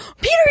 Peter